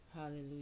Hallelujah